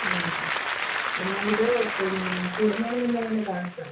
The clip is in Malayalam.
ആ എന്നാൽ ഇത് പിന്നെ കൂടുന്നെനു മുന്നേ വന്നു കാണിച്ചോളു